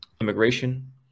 immigration